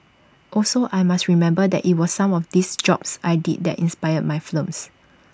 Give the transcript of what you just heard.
also I must remember that IT was some of these jobs I did that inspired my films